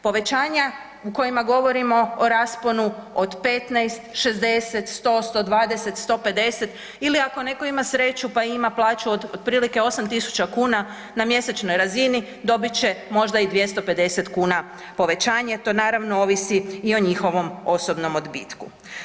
Povećanja u kojima govorimo o rasponu od 15, 60, 100, 120, 150 ili ako neko ima sreću pa ima plaću otprilike 8.000 kuna na mjesečnoj razini dobit će možda i 250 kuna povećanje, to naravno ovisi i o njihovom osobnom odbitku.